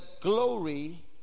glory